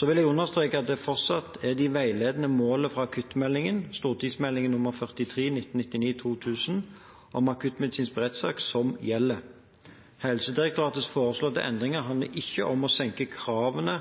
Jeg vil understreke at det fortsatt er de veiledende målene fra akuttmeldingen, St.meld. nr. 43 for 1999–2000, «Om akuttmedisinsk beredskap», som gjelder. Helsedirektoratets foreslåtte endringer handler ikke om å senke kravene